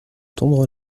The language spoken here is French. tondre